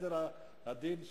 סדר הדין של,